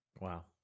Wow